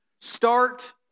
start